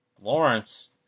lawrence